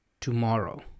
tomorrow